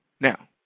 Now